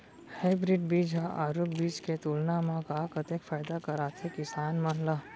Hybrid बीज हा आरूग बीज के तुलना मा कतेक फायदा कराथे किसान मन ला?